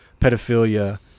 pedophilia